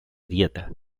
dieta